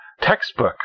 textbook